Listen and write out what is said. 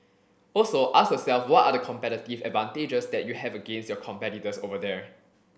also ask yourself what are the competitive advantages that you have against your competitors over there